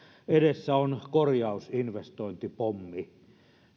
edessä on korjausinvestointipommi